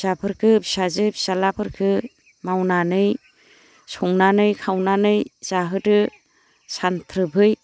फिसाफोरखो फिसाजो फिसाज्लाफोरखो मावनानै संनानै खावनानै जाहोदो सानथ्रोबहै